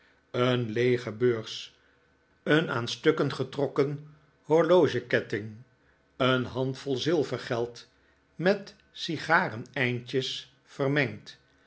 een leege beurs een aan stukken getrokken horlogeketting een handvol zilvergeld met sigareneindjes vermengd